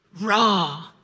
Raw